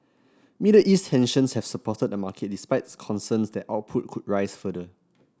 Middle East tensions have supported the market despite concerns that output could rise further